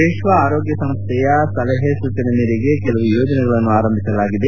ವಿಶ್ವ ಆರೋಗ್ಯ ಸಂಸ್ಥೆಯ ಸಲಹೆ ಸೂಚನೆ ಮೇರೆಗೆ ಕೆಲವು ಯೋಜನೆಗಳನ್ನು ಆರಂಭಿಸಲಾಗಿದೆ